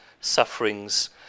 sufferings